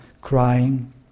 crying